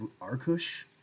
Arkush